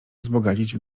wzbogacić